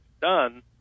done